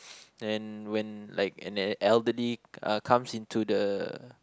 and when like an elderly uh comes into the